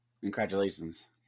Congratulations